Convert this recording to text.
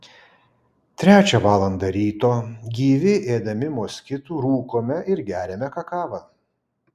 trečią valandą ryto gyvi ėdami moskitų rūkome ir geriame kakavą